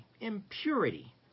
impurity